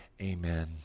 Amen